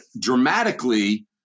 dramatically